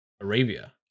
Arabia